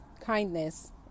kindness